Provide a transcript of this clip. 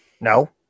No